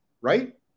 right